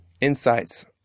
insights